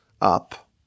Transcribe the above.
up